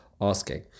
asking